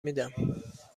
میدم